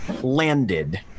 landed